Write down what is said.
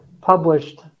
published